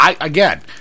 Again